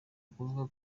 ukuvuga